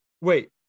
wait